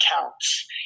counts